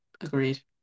Agreed